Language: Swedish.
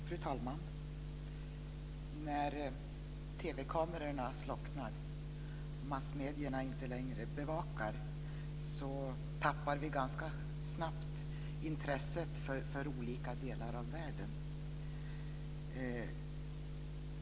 Fru talman! När TV-kamerorna slocknar och massmedierna inte längre bevakar tappar vi ganska snabbt intresset för olika delar av världen.